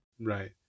Right